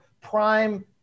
prime